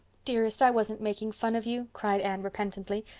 dearest, i wasn't making fun of you, cried anne repentantly.